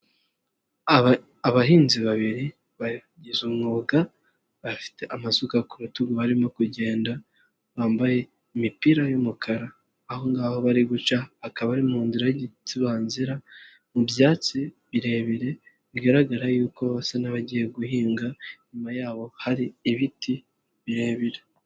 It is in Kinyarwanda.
Abahinzi babiri babigize umwuga bafite amasuka ku rutugu barimo kugenda bambaye imipira y'umukara. Aho ngaho bari guca, akaba ari mu nzira y'igitsibanzira mu byatsi birebire bigaragara yuko basa n'abagiye guhinga, nyuma yaho hari ibiti birebire.